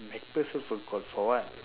macpherson for for what